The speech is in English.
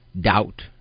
doubt